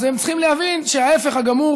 אז הם צריכים להבין שההפך הגמור